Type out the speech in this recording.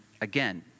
again